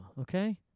okay